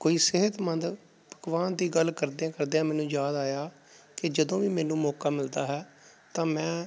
ਕੋਈ ਸਿਹਤਮੰਦ ਪਕਵਾਨ ਦੀ ਗੱਲ ਕਰਦਿਆਂ ਕਰਦਿਆਂ ਮੈਨੂੰ ਯਾਦ ਆਇਆ ਕਿ ਜਦੋਂ ਵੀ ਮੈਨੂੰ ਮੋਕਾ ਮਿਲਦਾ ਹੈ ਤਾਂ ਮੈਂ